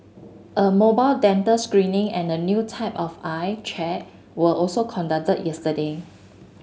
a mobile dental screening and a new type of eye check were also conducted yesterday